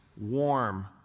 warm